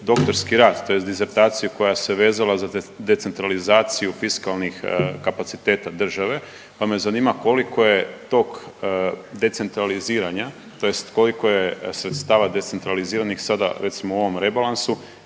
doktorski rad, tj. dizertaciju koja se vezala za decentralizaciju fiskalnih kapaciteta države, pa me zanima koliko je tog decentraliziranja, tj. koliko je sredstava decentraliziranih sada recimo u ovom rebalansu